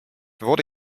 wurde